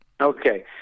Okay